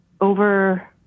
over